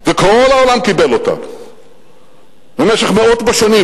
וכל העולם קיבל אותם במשך מאות בשנים,